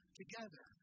together